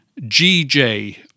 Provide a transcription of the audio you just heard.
GJ